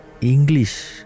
English